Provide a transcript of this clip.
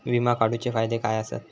विमा काढूचे फायदे काय आसत?